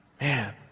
Man